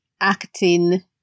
acting